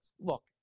look